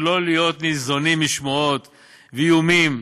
ולא להיות ניזונים משמועות ואיומים,